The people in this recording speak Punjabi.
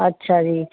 ਅੱਛਾ ਜੀ